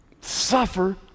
Suffer